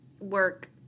work